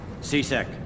C-Sec